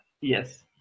Yes